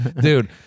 Dude